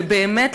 ובאמת,